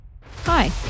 hi